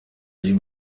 y’u